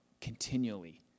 continually